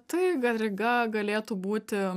tai gariga galėtų būti